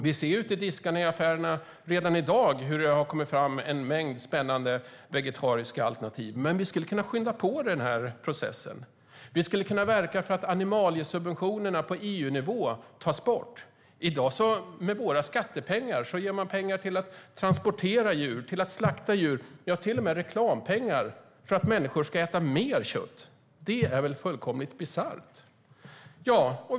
Vi ser ute i diskarna i affärerna redan i dag hur det har kommit fram en mängd spännande vegetariska alternativ. Men vi skulle kunna skynda på processen. Vi skulle kunna verka för att animaliesubventionerna på EU-nivå tas bort. I dag ger man av våra skattepengar till att transportera djur och slakta djur. Man ger till och med reklampengar för att människor ska äta mer kött. Det är fullkomligt bisarrt.